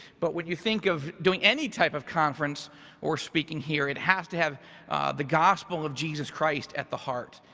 but when you think of doing any type of conference or speaking here, it has to have the gospel of jesus christ at the heart.